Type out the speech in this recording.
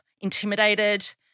intimidated